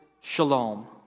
shalom